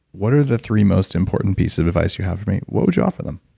what are the three most important pieces of advice you have for me? what would you offer them?